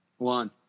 One